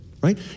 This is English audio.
right